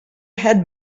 had